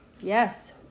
Yes